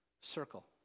circle